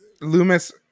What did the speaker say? Loomis